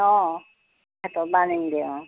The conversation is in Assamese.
অঁ ঘাটৰপৰা আনিমগৈ অঁ